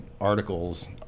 articles